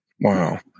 Wow